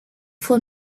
for